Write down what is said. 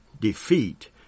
defeat